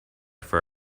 for